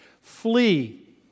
Flee